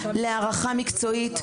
להערכה מקצועית,